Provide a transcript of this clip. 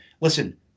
listen